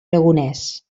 aragonès